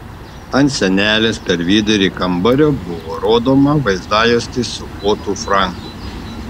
ant sienelės per vidurį kambario buvo rodoma vaizdajuostė su otu franku